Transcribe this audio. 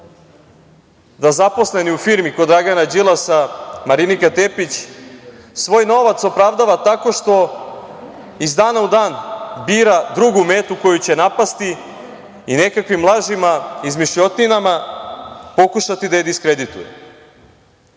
da zaposleni u firmi kod Dragana Đilasa, Marinika Tepić svoj novac opravdava tako što iz dana u dan bira drugu metu koju će napasti i nekakvim lažima, izmišljotinama pokušati da je diskredituje.